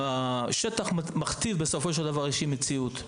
השטח מכתיב בסופו של דבר מציאות.